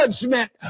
judgment